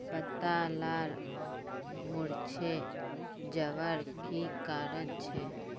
पत्ता लार मुरझे जवार की कारण छे?